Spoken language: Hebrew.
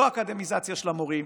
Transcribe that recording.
לא אקדמיזציה של המורים,